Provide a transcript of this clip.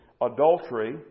adultery